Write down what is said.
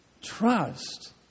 trust